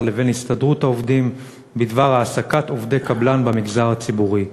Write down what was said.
לבין הסתדרות העובדים בדבר העסקת עובדי קבלן במגזר הציבורי.